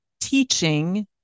teaching